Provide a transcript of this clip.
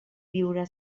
viurà